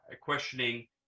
questioning